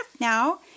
now